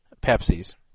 Pepsis